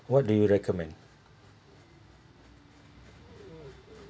what do you recommend